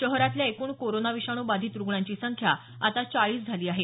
शहरातल्या एकूण कोरोना विषाणू बाधित रुग्णांची संख्या आता चाळीस झाली आहे